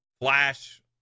flash